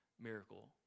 miracle